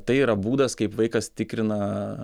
tai yra būdas kaip vaikas tikrina